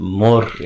more